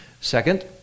Second